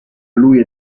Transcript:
lui